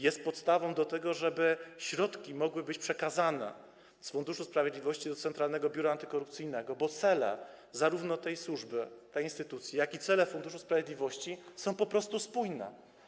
Jest podstawą do tego, żeby środki mogły być przekazane z Funduszu Sprawiedliwości do Centralnego Biura Antykorupcyjnego, bo cele zarówno tej służby, tej instytucji, jak i cele Funduszu Sprawiedliwości są po prostu spójne.